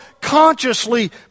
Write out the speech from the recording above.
consciously